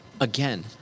again